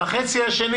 על החצי השני